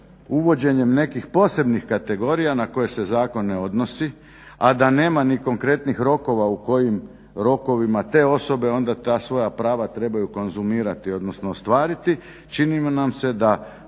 uvođenjem nekih posebnih kategorija na koje se zakon ne odnosi, a da nema ni konkretnih rokova u kojim rokovima te osobe onda ta svoja prava trebaju konzumirati odnosno ostvariti čini nam se da